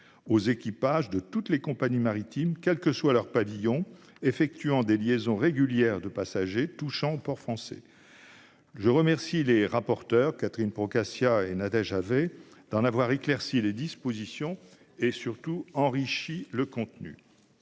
aux équipages de toutes les compagnies maritimes, quel que soit leur pavillon, effectuant des liaisons régulières de passagers touchant un port français. Je remercie les rapporteures, Catherine Procaccia et Nadège Havet, d'avoir éclairci les dispositions de cette proposition